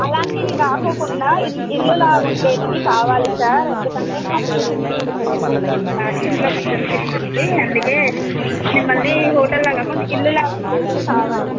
అలాంటివి కాకుండా ఇల్ ఇల్లు లాగా ఉండేవి కావాలి సార్ ఎందుకంటే మా పేరెంట్స్ ఒప్పుకోరు ఇట్లా ఇంట్లో కొంచెం స్ట్రిక్ట్ ఉంటుంది అందుకని మిమ్మల్ని హోటల్లాగ కాకుండా ఇల్లు లాగ ఉండేవి కావాలి